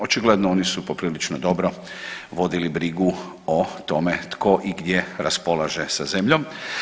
Očigledno oni su poprilično dobro vodili brigu o tome tko i gdje raspolaže sa zemljom.